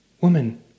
Woman